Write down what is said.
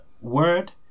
word